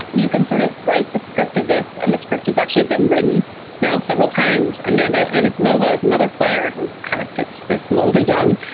you can sort of write the script of this. and the script has actually been written now several times. amanda and it's nova as another player who kind of fits the smoulder, young,